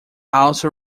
also